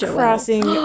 Crossing